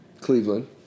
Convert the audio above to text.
Cleveland